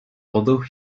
although